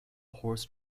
horse